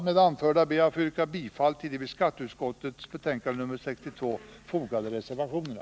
Med det anförda ber jag att få yrka bifall till de vid skatteutskottets betänkande nr 62 fogade reservationerna.